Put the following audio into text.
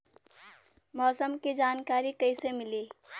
मौसम के जानकारी कैसे मिली?